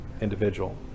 individual